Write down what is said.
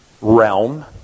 realm